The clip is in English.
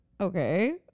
Okay